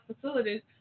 facilities